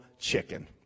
chicken